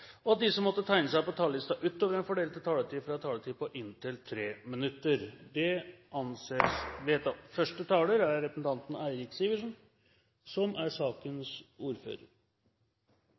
foreslått at de som måtte tegne seg på talerlisten utover den fordelte taletid, får en taletid på inntil 3 minutter. – Det anses vedtatt. Datatilsynet er ikke glemt. Det er